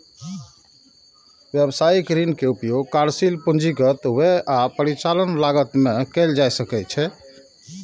व्यवसायिक ऋण के उपयोग कार्यशील पूंजीगत व्यय आ परिचालन लागत मे कैल जा सकैछ